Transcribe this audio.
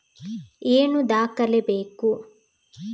ಏನು ದಾಖಲೆ ಬೇಕು?